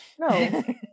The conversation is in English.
no